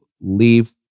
leave